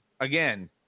again